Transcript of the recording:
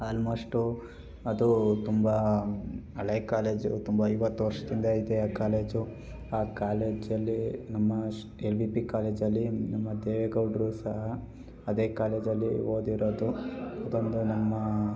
almost ಅದು ತುಂಬ ಹಳೆ ಕಾಲೇಜು ತುಂಬ ಐವತ್ತು ವರ್ಷದಿಂದ ಇದೆ ಆ ಕಾಲೇಜು ಆ ಕಾಲೇಜಲ್ಲಿ ನಮ್ಮ ಅಷ್ ಎಲ್ ವಿ ಪಿ ಕಾಲೇಜಲ್ಲಿ ನಮ್ಮ ದೇವೇಗೌಡರು ಸಹ ಅದೇ ಕಾಲೇಜಲ್ಲಿ ಓದಿರೋದು ಅದೊಂದು ನಮ್ಮ